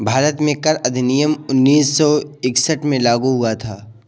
भारत में कर अधिनियम उन्नीस सौ इकसठ में लागू हुआ था